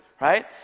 right